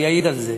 הוא יעיד על זה,